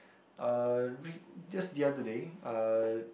uh re~ just the other day uh